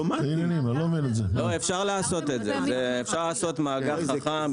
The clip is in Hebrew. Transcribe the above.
אפשר לעשות מאגר חכם.